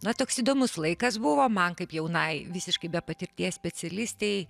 na toks įdomus laikas buvo man kaip jaunai visiškai be patirties specialistei